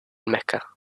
mecca